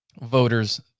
voters